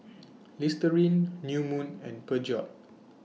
Listerine New Moon and Peugeot